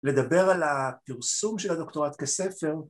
לדבר על הפרסום של הדוקטורט כספר